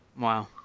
Wow